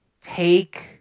take